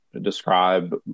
describe